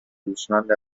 هوشمند